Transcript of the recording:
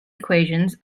equations